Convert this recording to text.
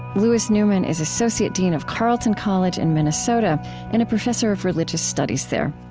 louis newman is associate dean of carleton college in minnesota and a professor of religious studies there.